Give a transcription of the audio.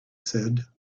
said